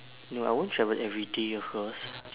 no I won't travel everyday of course